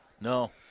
No